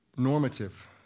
Normative